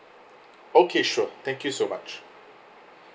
okay sure thank you so much